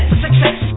success